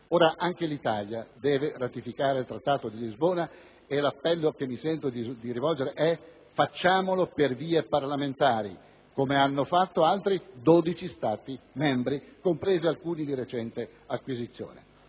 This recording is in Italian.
Ora anche l'Italia deve ratificare il Trattato di Lisbona e l'appello che mi sento di rivolgere è di farlo per vie parlamentari, come hanno fatto altri 12 Stati membri, compresi alcuni di recente acquisizione.